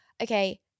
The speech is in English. okay